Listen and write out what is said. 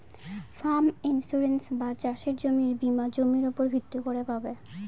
farm insurance বা চাসের জমির বীমা জমির উপর ভিত্তি করে পাবে